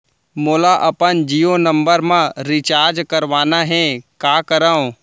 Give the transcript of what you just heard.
मोला अपन जियो नंबर म रिचार्ज करवाना हे, का करव?